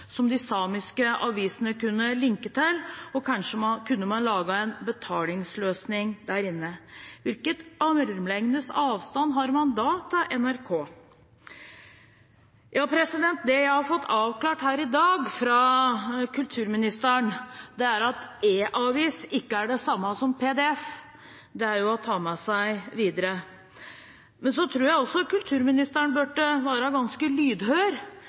som de samiske avisene kunne linke til, og kanskje kunne man lage en betalingsløsning der inne. Hvilken armlengdes avstand har man da til NRK? Det jeg har fått avklart her i dag fra kulturministeren, er at e-avis ikke er det samme som pdf. Det er noe å ta med seg videre. Men så tror jeg også kulturministeren burde være ganske lydhør,